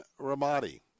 Ramadi